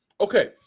Okay